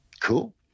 Cool